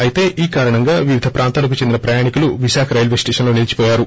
అయితే ఈ కారణంగా వివిధ ప్రాంతాలకు చెందిన ప్రయాణికులు విశాఖ రైల్వేస్టేషన్లో నిలిచిపోయారు